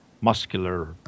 muscular